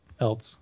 else